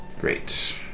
Great